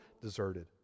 deserted